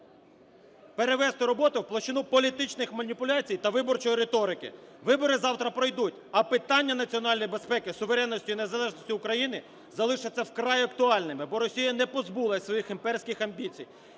…перевести роботу в площину політичних маніпуляцій та виборчої риторики. Вибори завтра пройдуть, а питання національної безпеки, суверенності і незалежності України залишаться вкрай актуальними, бо Росія не позбулася своїх імперських амбіцій.